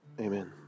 amen